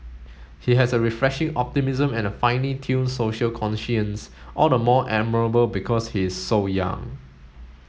he has a refreshing optimism and a finely tuned social conscience all the more admirable because he is so young